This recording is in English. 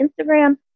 Instagram